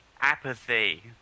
apathy